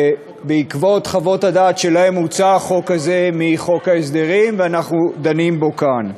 ובעקבות חוות הדעת שלהם הוצא החוק הזה מחוק ההסדרים ואנחנו דנים בו כאן.